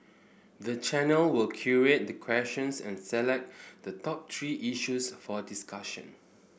the channel will curate the questions and select the top three issues for discussion